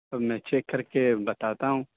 اور میں چیک کر کے بتاتا ہوں